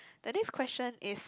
the next question is